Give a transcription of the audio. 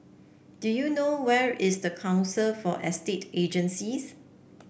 do you know where is the Council for Estate Agencies